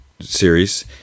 series